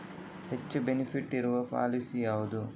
ಹೆಚ್ಚು ಬೆನಿಫಿಟ್ ಇರುವ ಪಾಲಿಸಿ ಯಾವುದು?